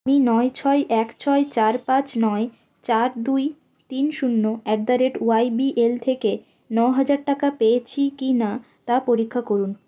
আমি নয় ছয় এক ছয় চার পাঁচ নয় চার দুই তিন শূন্য at the rate Y B L থেকে ন হাজার টাকা পেয়েছি কিনা তা পরীক্ষা করুন